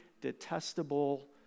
detestable